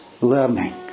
learning